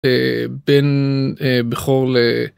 בין בכל.